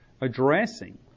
addressing